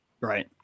Right